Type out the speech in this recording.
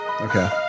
Okay